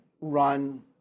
run –